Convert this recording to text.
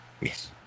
Yes